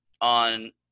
on